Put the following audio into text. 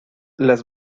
las